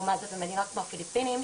במדינה כמו הפיליפינים,